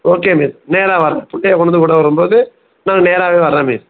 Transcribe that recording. okay miss நேராக வரேன் பிள்ளைய கொண்டு வந்து விட வரும் போது நான் நேராகவே வரேன் மிஸ்